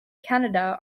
canada